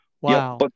Wow